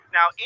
Now